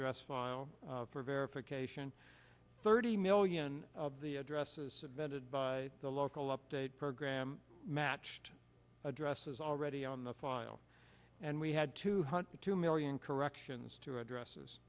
address file for verification thirty million of the addresses vetted by the local update program matched addresses already on the file and we had two hundred two million corrections to addresses